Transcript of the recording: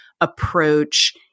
approach